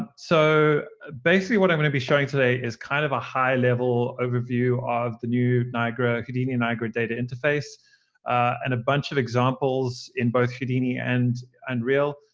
ah so basically what i'm going to be showing today is kind of a high level overview of the new niagara houdini niagara data interface and a bunch of examples in both houdini and unreal.